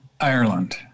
Ireland